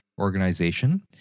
organization